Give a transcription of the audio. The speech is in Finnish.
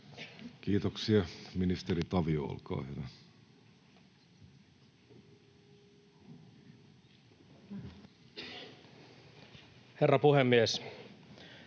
Kiitoksia. — Ministeri Tavio, olkaa hyvä. [Speech